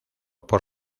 por